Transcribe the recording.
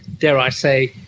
dare i say,